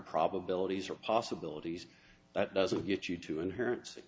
probabilities or possibilities that doesn't get you to inherent